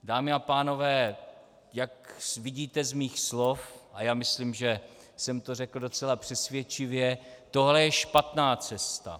Dámy a pánové, jak vidíte z mých slov, a já myslím, že jsem to řekl docela přesvědčivě, tohle je špatná cesta.